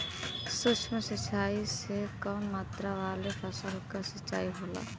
सूक्ष्म सिंचाई से कम मात्रा वाले फसल क सिंचाई होला